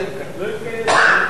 מליאה.